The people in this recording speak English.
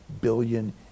billion